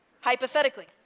hypothetically